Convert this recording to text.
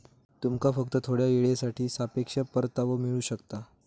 तुमका फक्त थोड्या येळेसाठी सापेक्ष परतावो मिळू शकता